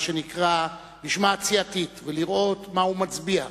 שנקרא משמעת סיעתית ולראות מה הוא מצביע,